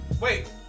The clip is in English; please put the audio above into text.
wait